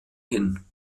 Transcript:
hin